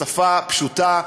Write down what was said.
בשפה פשוטה,